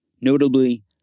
Notably